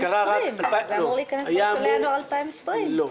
זה היה אמור להיכנס בינואר 2020. לא.